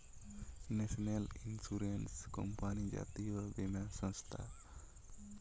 national insurance company জাতীয় বীমা সংস্থা